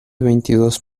veintidós